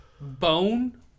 Bone